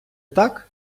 так